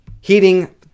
heating